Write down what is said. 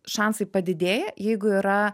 šansai padidėja jeigu yra